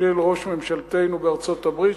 של ראש ממשלתנו בארצות-הברית,